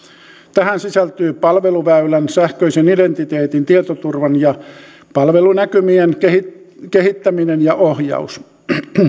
tähän sisältyy palveluväylän sähköisen identiteetin tietoturvan ja palvelunäkymien kehittäminen ja ohjaus